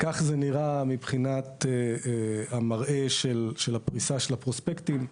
כך זה נראה מבחינת המראה של הפריסה של הפרוספקטים.